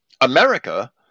America